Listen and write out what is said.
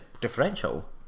differential